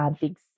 big